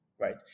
right